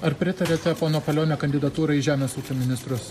ar pritariate pono palionio kandidatūrai į žemės ūkio ministrus